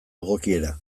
egokiera